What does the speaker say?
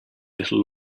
little